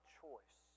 choice